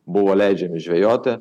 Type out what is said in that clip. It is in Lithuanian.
buvo leidžiami žvejoti